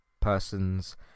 persons